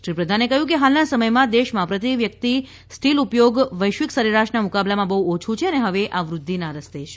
શ્રી પ્રધાને કહ્યું કે હાલના સમયમાં દેશમાં પ્રતિ વ્યક્તિ સ્ટીલ ઉપયોગ વૈશ્વિક સરેરાશના મુકાબલામાં બહ્ ઓછું છે અને હવે આ વૃધ્ધિના રસ્તે છે